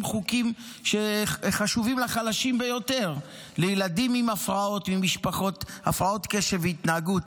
חוקים שחשובים לחלשים ביותר: לילדים עם הפרעות קשב והתנהגות,